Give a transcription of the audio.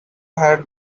had